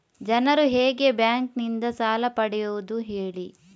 ಜನರು ಹೇಗೆ ಬ್ಯಾಂಕ್ ನಿಂದ ಸಾಲ ಪಡೆಯೋದು ಹೇಳಿ